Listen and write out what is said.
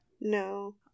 No